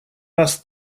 раз